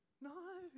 no